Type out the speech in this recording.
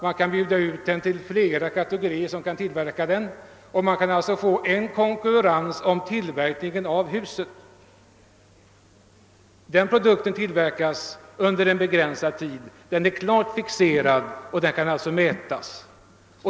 Man kan bjuda ut projektet till flera företag som kan tillverka den, och man kan alltså få konkurrens om tillverkningen av huset. Produkten tillverkas under en begränsad tid, är klart fixerad och kan således mätas.